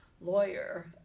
lawyer